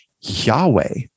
Yahweh